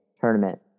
tournament